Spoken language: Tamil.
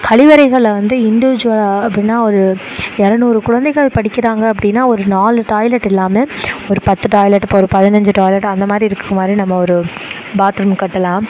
கழிவறைகளை வந்து இன்டிவிஜுவல் அப்படின்னா ஒரு இரநூறு குழந்தைகள் படிக்கிறாங்க அப்படின்னா ஒரு நாலு டாய்லெட் இல்லாமல் ஒரு பத்து டாய்லெட் இப்போது ஒரு பதினைஞ்சி டாய்லெட் அந்த மாதிரி இருக்கிற மாதிரி நம்ம ஒரு பாத் ரூம் கட்டலாம்